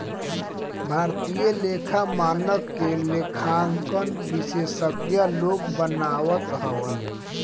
भारतीय लेखा मानक के लेखांकन विशेषज्ञ लोग बनावत हवन